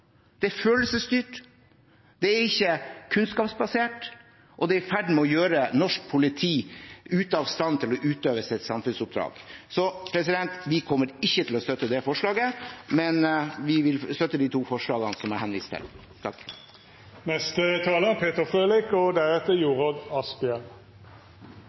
Det er følelsesstyrt, det er ikke kunnskapsbasert, og det er i ferd med å gjøre norsk politi ute av stand til å utøve sitt samfunnsoppdrag. Vi kommer ikke til å støtte det forslaget, men vi støtter de to forslagene jeg henviste til.